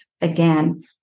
again